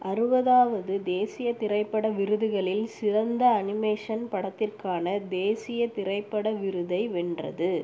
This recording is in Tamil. அறுபதாவது தேசிய திரைப்பட விருதுகளில் சிறந்த அனிமேஷன் படத்திற்கான தேசிய திரைப்பட விருதை வென்றது